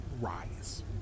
rise